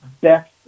best